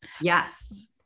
Yes